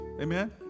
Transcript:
amen